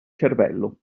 cervello